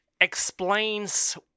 explains